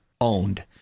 owned